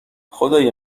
خدای